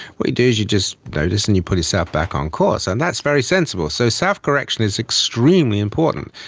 what you do is you just notice and you pull yourself back on course, and that's very sensible. so self-correction is extremely important.